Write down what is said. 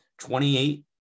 28